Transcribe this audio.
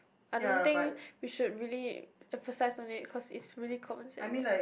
I don't think we should really emphasise on it cause it's really common sense